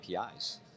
APIs